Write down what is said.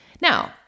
Now